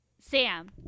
Sam